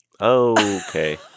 Okay